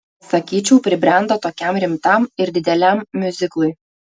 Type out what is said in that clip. sakyčiau pribrendo tokiam rimtam ir dideliam miuziklui